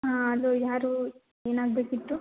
hello ಯಾರು ಏನಾಗಬೇಕಿತ್ತು